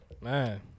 Man